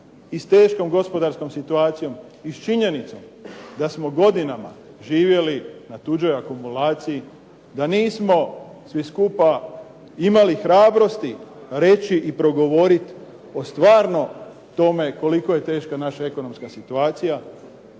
i s teškom gospodarskom situacijom i s činjenicom da smo godinama živjeli na tuđoj akumulaciji, da nismo svi skupa imali hrabrosti reći i progovoriti o stvarno tome koliko je teška naša ekonomska situacija,